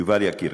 יובל יקירי,